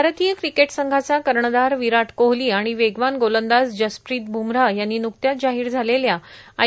भारतीय क्रिकेट संघाचा कर्णधार विराट कोहली आणि वेगवान गोलंदाज जसप्रीत बुमराह यांनी न्कत्याच जाहिर झालेल्या आय